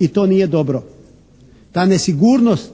I to nije dobro. Ta nesigurnost